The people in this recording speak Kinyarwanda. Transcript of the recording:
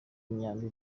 imyambi